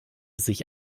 sich